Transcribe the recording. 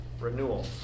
renewal